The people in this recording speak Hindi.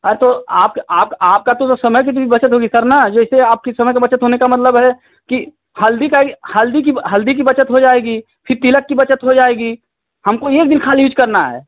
अरे तो आपके आपका आपका तो समय की तो भी बचत होगी सर ना जैसे आपकी समय का बचत होने का मतलब है कि हल्दी का ही हल्दी की हल्दी की बचत हो जाएगी फ़िर तिलक की बचत हो जाएगी हमको एक दिन खाली यूज करना है